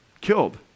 killed